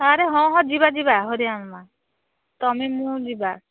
ଆରେ ହଁ ହଁ ଯିବା ଯିବା ହରିଆ ନନା ତମେ ମୁଁ ଯିବା